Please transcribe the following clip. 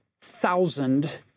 thousand